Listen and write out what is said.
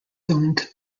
domed